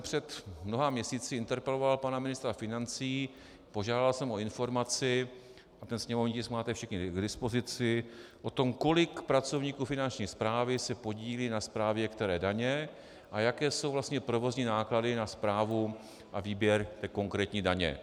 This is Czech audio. Před mnoha měsíci jsem interpeloval pana ministra financí, požádal jsem o informaci, a ten sněmovní tisk máte všichni k dispozici, o tom, kolik pracovníků Finanční správy se podílí na správě které daně a jaké jsou vlastně provozní náklady na správu a výběr té konkrétní daně.